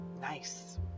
nice